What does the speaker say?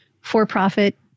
for-profit